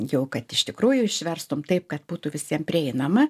jau kad iš tikrųjų išverstum taip kad būtų visiem prieinama